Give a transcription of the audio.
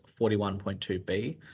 41.2b